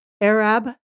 Arab